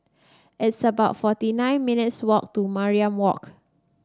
it's about forty nine minutes' walk to Mariam Walk